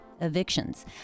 evictions